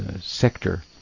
sector